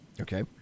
Okay